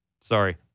Sorry